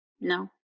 No